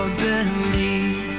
believe